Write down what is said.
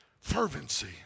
Fervency